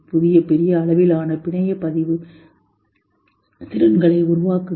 புதிய பெரிய அளவிலான பிணைய பதிவு திறன்களை உருவாக்குங்கள்